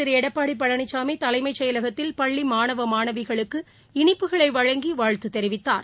திருளடப்பாடிபழனிசாமிதலைமைச் செயலகத்தில் பள்ளிமாணவமாணவிகளுக்கு முதலமைச்சர் இனிப்புகளைவழங்கிவாழ்த்துதெரிவித்தார்